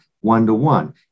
one-to-one